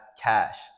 cash